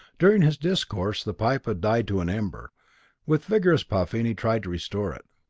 during his discourse the pipe had died to an ember with vigorous puffing he tried to restore it.